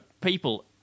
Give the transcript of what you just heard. people